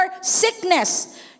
sickness